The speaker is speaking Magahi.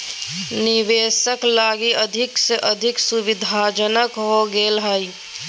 निवेशक लगी अधिक से अधिक सुविधाजनक हो गेल हइ